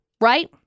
right